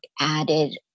added